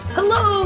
Hello